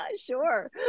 Sure